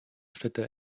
städte